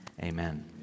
Amen